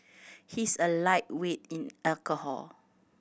he is a lightweight in alcohol